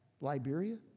Liberia